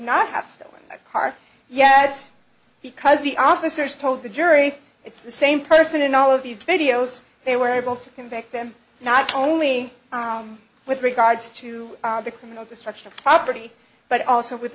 not have stolen a car yet because the officers told the jury it's the same person in all of these videos they were able to convict them not only with regards to the criminal destruction of property but also with